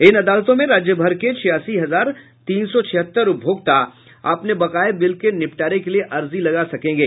इन अदालतों में राज्यभर के छियासी हजार तीन सौ छिहत्तर उपभोक्ता अपने बकाये बिल के निपटारे के लिये अर्जी लगा सकेंगे